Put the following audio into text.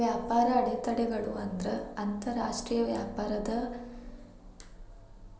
ವ್ಯಾಪಾರ ಅಡೆತಡೆಗಳು ಅಂದ್ರ ಅಂತರಾಷ್ಟ್ರೇಯ ವ್ಯಾಪಾರದ ಮೇಲಿನ ಸರ್ಕಾರ ಪ್ರೇರಿತ ನಿರ್ಬಂಧಗಳಾಗ್ಯಾವ